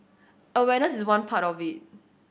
awareness is one part of it